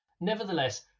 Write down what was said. Nevertheless